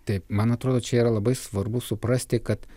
taip man atrodo čia yra labai svarbu suprasti kad